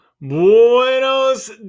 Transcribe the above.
Buenos